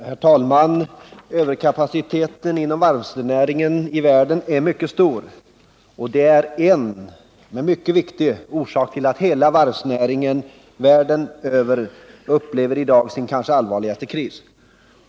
Herr talman! Överkapaciteten inom varvsnäringen i världen är mycket stor. Det är en, men en mycket viktig, orsak till att hela varvsnäringen världen över i dag upplever sin kanske allvarligaste kris.